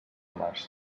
març